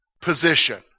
position